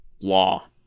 law